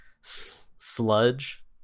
sludge